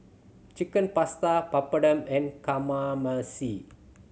Chicken Pasta Papadum and Kamameshi